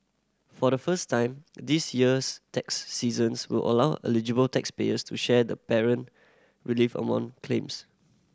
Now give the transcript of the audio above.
for the first time this year's tax seasons will allow eligible taxpayers to share the parent relief among claims